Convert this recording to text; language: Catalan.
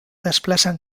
desplacen